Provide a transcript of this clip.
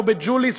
או בג'וליס,